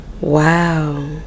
Wow